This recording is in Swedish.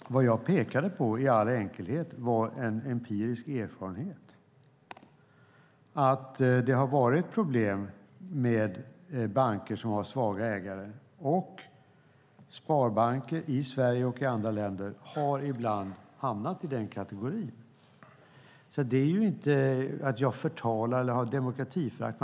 Fru talman! Vad jag pekade på i all enkelhet var en empirisk erfarenhet. Det har varit problem med banker som har svaga ägare, och sparbanker i Sverige och i andra länder har ibland hamnat i den kategorin. Det är inte att förtala eller att ha ett demokratiförakt.